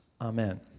Amen